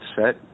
set